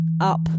up